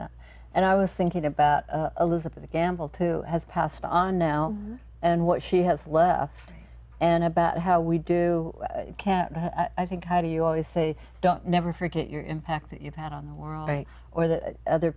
and i was thinking about a look at the gamble too has passed on now and what she has left and about how we do can i think how do you always say don't never forget your impact that you've had on the world or that other